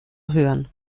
hören